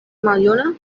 maljuna